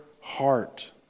heart